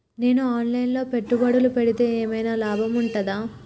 నేను online లో పెట్టుబడులు పెడితే ఏమైనా లాభం ఉంటదా?